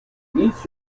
each